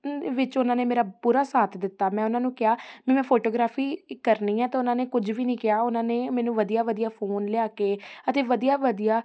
ਵਿੱਚ ਉਹਨਾਂ ਨੇ ਮੇਰਾ ਪੂਰਾ ਸਾਥ ਦਿੱਤਾ ਮੈਂ ਉਹਨਾਂ ਨੂੰ ਕਿਹਾ ਵੀ ਮੈਂ ਫੋਟੋਗ੍ਰਾਫੀ ਕਰਨੀ ਹੈ ਤਾਂ ਉਹਨਾਂ ਨੇ ਕੁਝ ਵੀ ਨਹੀਂ ਕਿਹਾ ਉਹਨਾਂ ਨੇ ਮੈਨੂੰ ਵਧੀਆ ਵਧੀਆ ਫੋਨ ਲਿਆ ਕੇ ਅਤੇ ਵਧੀਆ ਵਧੀਆ